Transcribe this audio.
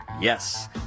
Yes